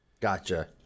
Gotcha